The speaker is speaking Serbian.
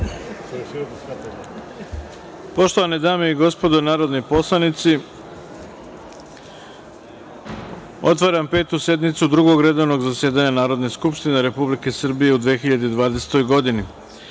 Poštovane dame i gospodo narodni poslanici, otvaram Petu sednicu Drugog redovnog zasedanja Narodne skupštine Republike Srbije u 2020. godini. Na